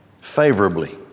favorably